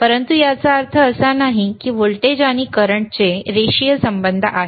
परंतु याचा अर्थ असा नाही की व्होल्टेज आणि करंटचे रेषीय संबंध आहेत